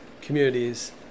communities